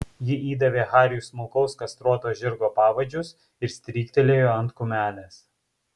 ji įdavė hariui smulkaus kastruoto žirgo pavadžius ir stryktelėjo ant kumelės